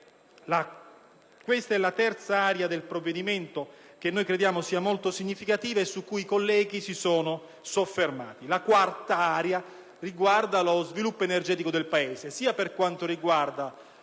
Questa è la terza area del provvedimento, che reputiamo molto significativa e su cui i colleghi si sono soffermati. La quarta area investe lo sviluppo energetico del Paese, sia per quanto riguarda